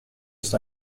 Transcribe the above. ist